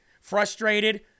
frustrated